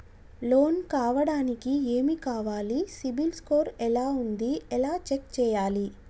Loan కావడానికి ఏమి కావాలి సిబిల్ స్కోర్ ఎలా ఉంది ఎలా చెక్ చేయాలి?